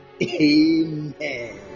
Amen